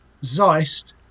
Zeist